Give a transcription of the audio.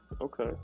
Okay